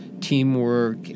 teamwork